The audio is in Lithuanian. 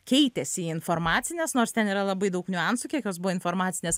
keitėsi į informacines nors ten yra labai daug niuansų kiek jos buvo informacinės